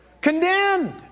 Condemned